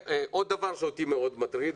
עוד דבר שאותי מאוד מטריד.